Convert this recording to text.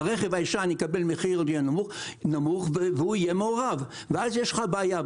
והרכב הישן יקבל מחיר יותר נמוך והוא יהיה מעורב ואז יש לך בעיה.